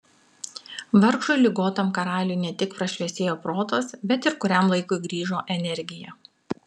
vargšui ligotam karaliui ne tik prašviesėjo protas bet ir kuriam laikui grįžo energija